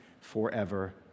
forever